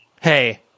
Hey